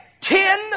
ten